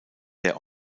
der